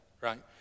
right